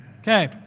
okay